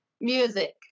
Music